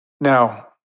Now